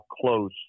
close